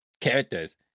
characters